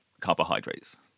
carbohydrates